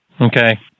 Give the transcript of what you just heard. okay